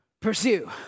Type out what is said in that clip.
Pursue